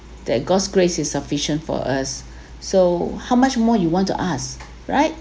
that god's grace is sufficient for us so how much more you want to ask right